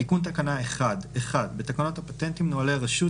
תיקון תקנה 11. בתקנות הפטנטים (נוהלי הרשות,